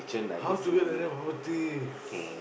how to get like that the [roti]